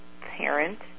parent